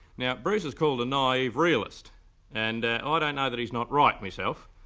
now bruce is called a naive realist and i ah don't know that he's not right myself.